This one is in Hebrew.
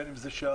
בין אם זה שערים,